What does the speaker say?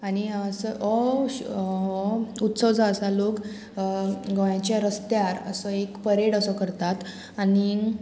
आनी असो हो उत्सव जो आसा लोक गोंयाच्या रस्त्यार असो एक परेड असो करतात आनी